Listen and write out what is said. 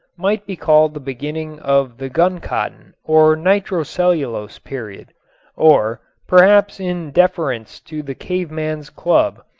might be called the beginning of the guncotton or nitrocellulose period or, perhaps in deference to the caveman's club,